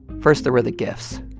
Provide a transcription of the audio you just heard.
first, there were the gifts.